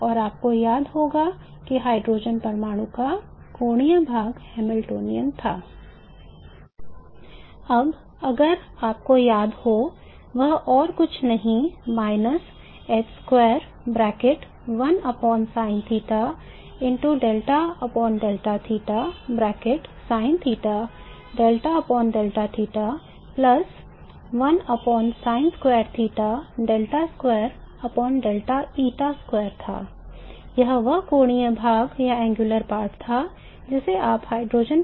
और आपको याद होगा कि हाइड्रोजन परमाणु का कोणीय भाग हैमिल्टनियन था